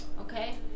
Okay